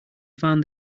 found